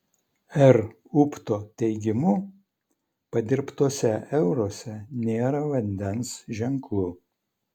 r upto teigimu padirbtuose euruose nėra vandens ženklų